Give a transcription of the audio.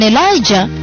Elijah